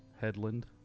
Headland